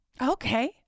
Okay